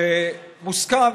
שמוסכם,